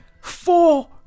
four